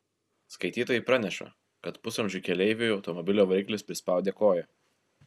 skaitytojai praneša kad pusamžiui keleiviui automobilio variklis prispaudė koją